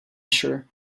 sure